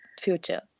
future